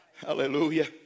hallelujah